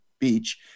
Beach